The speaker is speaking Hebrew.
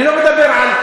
אני לא מדבר על,